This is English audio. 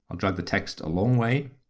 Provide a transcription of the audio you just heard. drag the text a long way.